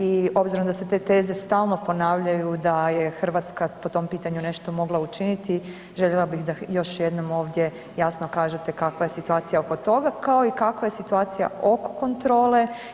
I obzirom da se te teze stalno ponavljaju da je Hrvatska po tom pitanju nešto mogla učiniti željela bih da još jednom ovdje jasno kažete kakva je situacija oko toga kao i kakva je situacija oko kontrole.